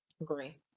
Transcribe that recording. Agree